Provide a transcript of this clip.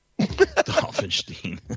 Dolphinstein